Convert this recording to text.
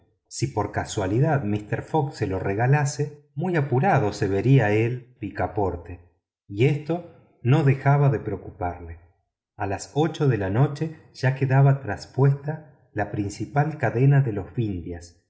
si por casualidad mister fogg se lo regalase muy apurado se vería él picaporte y esto no dejaba de preocuparle a las ocho de la noche ya quedaba traspuesta la principal cadena de los